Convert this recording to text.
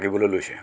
আহিবলৈ লৈছে